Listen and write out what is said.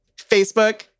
Facebook